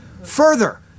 Further